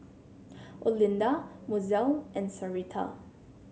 Olinda Mozelle and Sarita